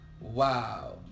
wow